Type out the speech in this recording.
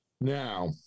Now